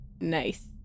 Nice